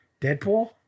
deadpool